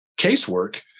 casework